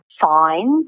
fines